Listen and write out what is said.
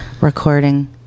Recording